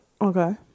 Okay